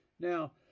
Now